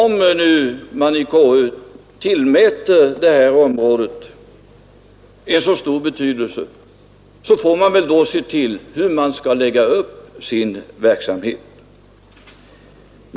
Men om man nu i KU tillmäter denna sak så stor betydelse, så får man väl också se till att man lägger upp sin verksamhet på rätt sätt.